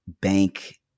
bank